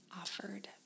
offered